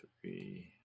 three